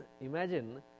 Imagine